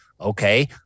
Okay